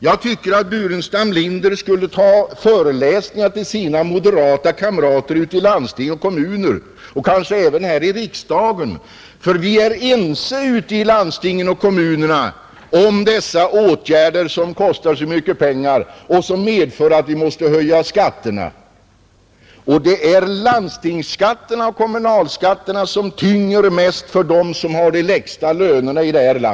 Jag tycker att herr Burenstam Linder skulle hålla föreläsningar för sina moderata kamrater ute i landsting och kommuner och kanske även här i riksdagen, för vi är ense ute i landstingen och kommunerna om dessa åtgärder som kostar så mycket pengar och som medför att vi måste höja skatterna. Det är landstingsskatterna och kommunalskatterna som tynger mest för dem som har de lägsta lönerna.